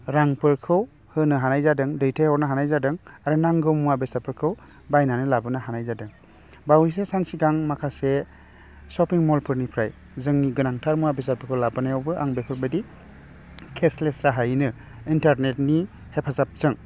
रांफोरखौ होनो हानाय जादों दैथाइहरनो हानाय जादों आरो नांगौ मुवा बेसादफोरखौ बायनानै लाबोनो हानाय जादों बावैसो सान सिगां माखासे सपिं मलफोरनिफ्राइ जोंनि गोनांथार मुवा बेसादफोरखौ लाबोनायावबो आं बेफोर बायदि केस लेस राहायैनो इन्टारनेटनि हेफाजाबजों